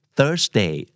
Thursday